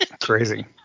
crazy